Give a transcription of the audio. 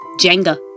Jenga